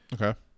Okay